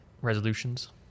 resolutions